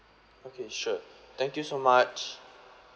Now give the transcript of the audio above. okay sure thank you so much